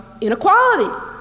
inequality